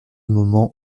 moment